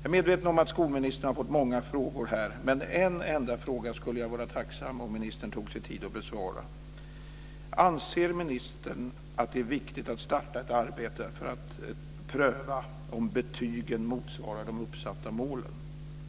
Jag är medveten om att skolministern har fått många frågor här, men en enda fråga skulle jag vara tacksam om ministern tog sig tid att besvara. Anser ministern att det är viktigt att starta ett arbete för att pröva om betygen motsvarar de uppsatta målen